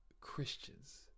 Christians